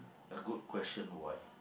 a good question why